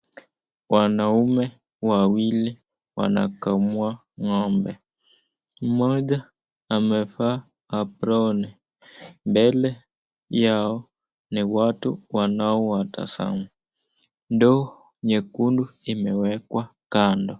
Wanaume wawili wanakamua ngombe, mmoja amevaa aproni. mbele yao ni watu wanaowatazama, ndoo nyekundu imewekwa kando.